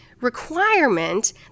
requirement